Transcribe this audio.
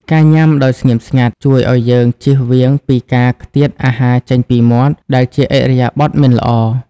ការញ៉ាំដោយស្ងៀមស្ងាត់ជួយឱ្យយើងចៀសវាងពីការខ្ទាតអាហារចេញពីមាត់ ដែលជាឥរិយាបថមិនល្អ។